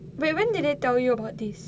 wait when did they tell you about this